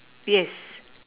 yes